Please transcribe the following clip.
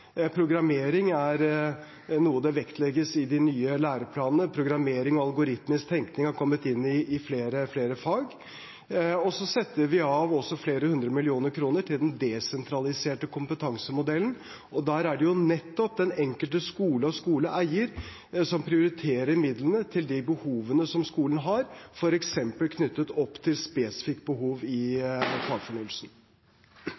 programmering. Programmering er noe som vektlegges i de nye læreplanene. Programmering og algoritmisk tenkning har kommet inn i flere fag. Vi setter også av flere hundre millioner kroner til den desentraliserte kompetansemodellen, og der er det nettopp den enkelte skole og skoleeier som prioriterer midlene til de behovene skolen har, f.eks. knyttet til spesifikke behov i